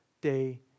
day